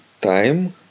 time